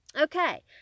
Okay